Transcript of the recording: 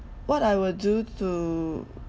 what I will do to